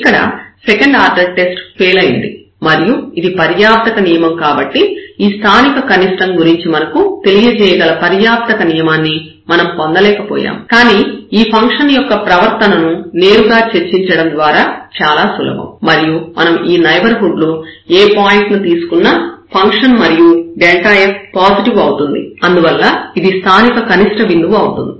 ఇక్కడ second order test fail అయింది మరియు ఇది పర్యాప్తక నియమం కాబట్టి ఈ స్థానిక కనిష్టం గురించి మనకు తెలియజేయగల పర్యాప్తక నియమాన్ని మనం పొందలేకపోయాము కానీ ఈ ఫంక్షన్ యొక్క ప్రవర్తన ను నేరుగా చర్చించడం చాలా సులభం మరియు మనం ఈ నైబర్హుడ్ లో ఏ పాయింట్ ను తీసుకున్నా ఫంక్షన్ మరియు f పాజిటివ్ అవుతుంది అందువల్ల ఇది స్థానిక కనిష్ట బిందువు అవుతుంది